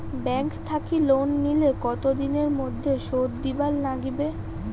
Bank থাকি loan নিলে কতো দিনের মধ্যে শোধ দিবার নাগিবে?